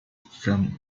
from